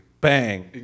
Bang